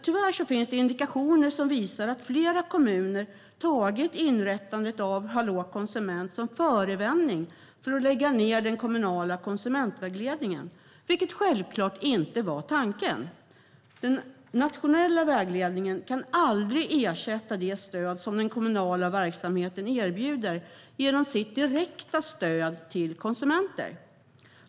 Tyvärr finns det indikationer som visar att flera kommuner tagit inrättandet av Hallå konsument som förevändning för att lägga ner den kommunala konsumentvägledningen, vilket självklart inte var tanken. Den nationella vägledningen kan aldrig ersätta det stöd som den kommunala verksamheten erbjuder genom sitt direkta stöd till konsumenter.